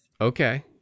Okay